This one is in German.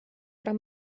oder